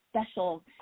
special